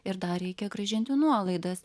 ir dar reikia grąžinti nuolaidas